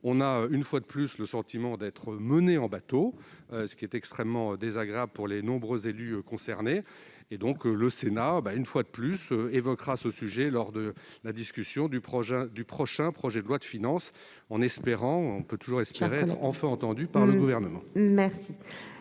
donne, une fois de plus, le sentiment d'être menés en bateau, ce qui est extrêmement désagréable pour les nombreux élus concernés. Le Sénat, une fois de plus, évoquera ce sujet lors de la discussion du prochain projet de loi de finances en espérant- on peut toujours espérer -être enfin entendus par le Gouvernement !